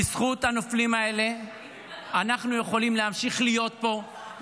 בזכות הנופלים האלה אנחנו יכולים להמשיך להיות פה,